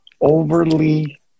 overly